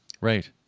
Right